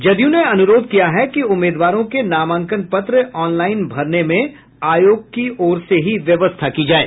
जदयू ने अनुरोध किया है कि उम्मीदवारों के नामांकन पत्र ऑनलाईन भरने में आयोग की ओर से ही व्यवस्था की जाये